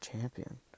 Champion